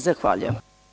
Zahvaljujem.